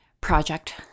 project